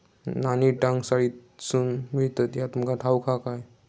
नाणी टांकसाळीतसून मिळतत ह्या तुमका ठाऊक हा काय